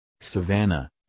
savannah